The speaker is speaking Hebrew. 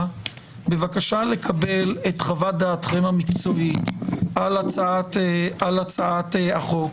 בבקשה לקבל את חוות דעתכם המקצועית על הצעת החוק,